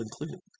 included